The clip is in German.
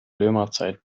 römerzeit